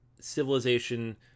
civilization